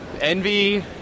envy